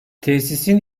tesisin